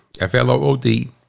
f-l-o-o-d